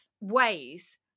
ways